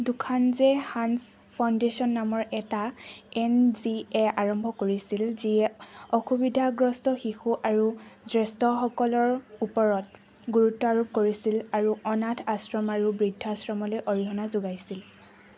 দোসান জে হাঞ্জ ফাউণ্ডেশ্যন নামৰ এটা এন জি এ আৰম্ভ কৰিছিল যিয়ে অসুবিধাগ্ৰস্ত শিশু আৰু জ্যেষ্ঠসকলৰ ওপৰত গুৰুত্ব আৰোপ কৰিছিল আৰু অনাথ আশ্ৰম আৰু বৃদ্ধাশ্ৰমলৈ অৰিহণা যোগাইছিল